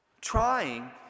trying